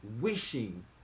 Wishing